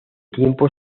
tiempo